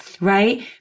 right